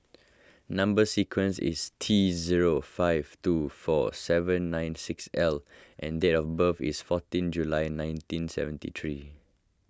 Number Sequence is T zero five two four seven nine six L and date of birth is fourteen July nineteen seventy three